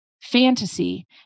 fantasy